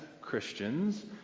Christians